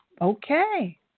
okay